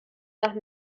nach